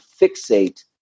fixate